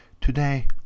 today